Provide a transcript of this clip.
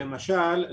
למשל,